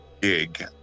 gig